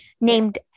named